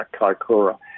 Kaikoura